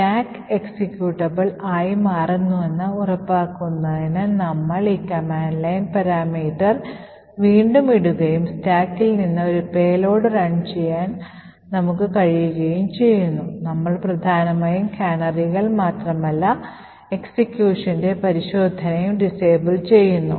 stack executable ആയി മാറുന്നുവെന്ന് ഉറപ്പാക്കുന്നതിന് നമ്മൾ ഈ കമാൻഡ് ലൈൻ പാരാമീറ്റർ വീണ്ടും ഇടുകയും സ്റ്റാക്കിൽ നിന്ന് ഒരു പേലോഡ് റൺ ചെയ്യാൻ നമുക്ക് കഴിയുകയും ചെയ്യുന്നു നമ്മൾ പ്രധാനമായും കാനറികൾ മാത്രമല്ല എക്സിക്യൂഷന്റെ പരിശോധനയും disable ചെയ്യുന്നു